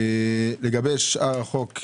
לגבי שאר החוק,